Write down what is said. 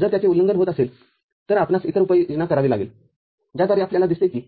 जर त्याचे उल्लंघन होत असेल तर आपणास इतर उपाययोजना करावी लागेलं ज्याद्वारे आपल्याला दिसते की